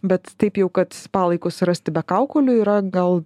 bet taip jau kad palaikus rasti be kaukolių yra gal